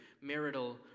marital